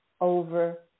over